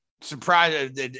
surprised